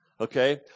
Okay